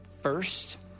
first